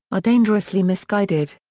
are dangerously misguided.